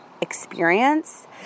experience